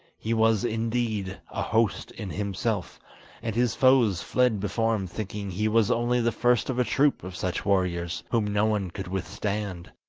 he was indeed a host in himself and his foes fled before him thinking he was only the first of a troop of such warriors, whom no one could withstand.